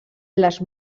les